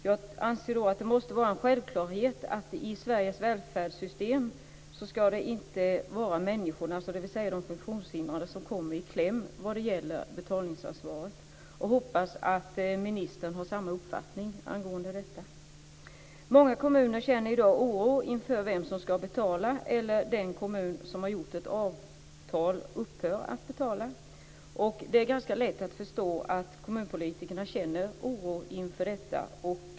Jag anser att det måste vara en självklarhet att det i Sveriges välfärdssystem inte ska vara de funktionshindrade som kommer i kläm när det gäller betalningsansvaret, och jag hoppas att ministern är av samma uppfattning. Många kommuner känner i dag oro inför vem som ska betala eller om en kommun som träffat ett avtal upphör med att betala. Det är ganska lätt att förstå att kommunpolitikerna känner oro inför detta.